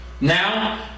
Now